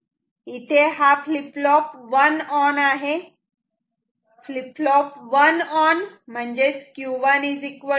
इथे flip flop 1 on आहे flip flop 1 on म्हणजे Q1 D1